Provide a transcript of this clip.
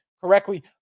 correctly